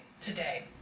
today